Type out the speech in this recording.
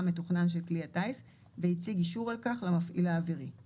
יוצא, ומפעיל אווירי לא